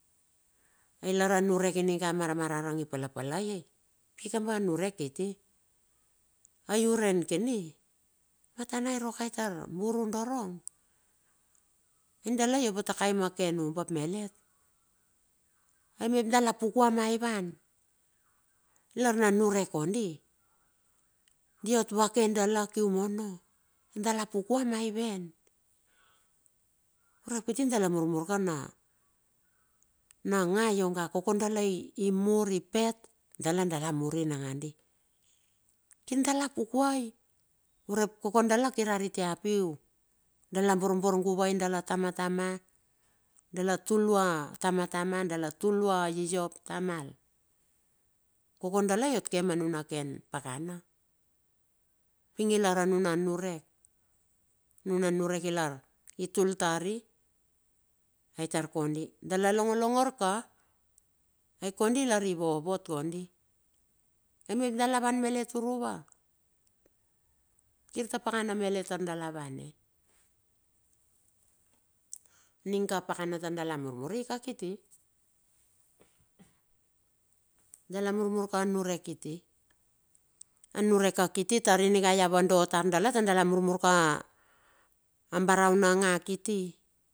Pi lar a niurek ininga a maramarang i pala palai pikamba a nurek kiti, ai uren kenin, omatana i ruo ka itar buru dorong, ai dala iova takei mo ken umbap melet. Ai me dala pukue maivan, lar na nurek kondi, diot vake dala kium ono. dala pukue maivan. urep kiti dala murmur kana, na nga ionga koke dala i mur i pet dala mur nangadi kir dala pukuai urep, koke dala kira riti a piu, dala borbor guavai dala tamatama dala tullia tamatama, dala yiop tamal. Koke dala iot ke ma nuna ken pakana, ping ilar anunu niurek. A nuna nurek ilar i tul tari, ai tar kondi, dala longo longor ka, ai kondi lari vovot kondi, ai mep dala wan melet uruva? Kirta pakana melet tar dala vane. Ning ka pakana tar dala murmur ika kiti, dala murmur ka nurek kiti. Anurek ka kiti ininga ia vando tar dala tar dala murmur ka a barau na nga kiti.